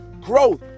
growth